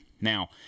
Now